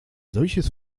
solches